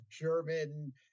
German